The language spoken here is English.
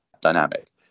dynamic